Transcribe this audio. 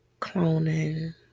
cloning